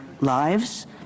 lives